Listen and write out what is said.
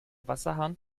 wasserhahn